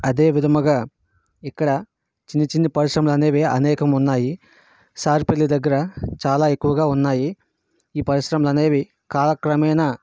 అదే విధముగా ఇక్కడ చిన్ని చిన్ని పరిశ్రమలు అనేవి అనేకం ఉన్నాయి సార్పల్లి దగ్గర చాలా ఎక్కువుగా ఉన్నాయి ఈ పరిశ్రమలు అనేవి కాలక్రమేణ